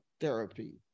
therapy